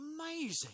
amazing